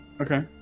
Okay